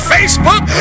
Facebook